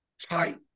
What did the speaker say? tight